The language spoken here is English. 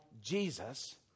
Jesus